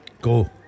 go